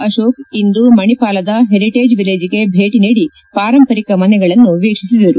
ಆಶೋಕ್ ಇಂದು ಮಣಿಪಾಲದ ಹೆರಿಟೇಜ್ ವಿಲೇಜ್ಗೆ ಭೇಟಿ ನೀಡಿ ಪಾರಂಪರಿಕ ಮನೆಗಳನ್ನು ವೀಕ್ಷಿಸಿದರು